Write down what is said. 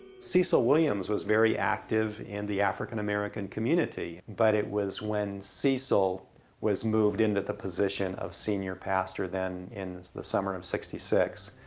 cecil williams was very active in and the african-american community. but it was when cecil was moved into the position of senior pastor then, in the summer of sixty six,